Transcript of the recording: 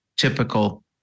Typical